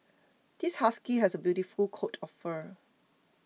this husky has a beautiful coat of fur